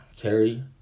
Carrie